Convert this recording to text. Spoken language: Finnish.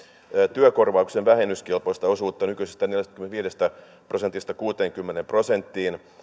työkorvauksen vähennyskelpoista osuutta nykyisestä neljästäkymmenestäviidestä prosentista kuuteenkymmeneen prosenttiin